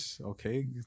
okay